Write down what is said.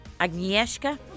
Agnieszka